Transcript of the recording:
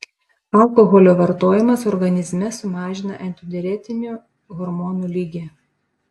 alkoholio vartojimas organizme sumažina antidiuretinių hormonų lygį